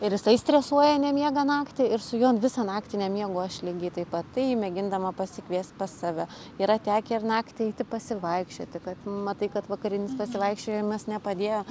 ir jisai stresuoja nemiega naktį ir su juo visą naktį nemiegu aš lygiai taip pat tai mėgindama pasikviest pas save yra tekę ir naktį eiti pasivaikščioti kad matai kad vakarinis pasivaikščiojimas nepadėjo